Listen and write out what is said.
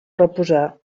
reposar